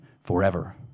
forever